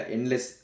Endless